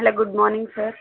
hello good morning sir